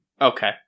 Okay